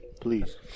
Please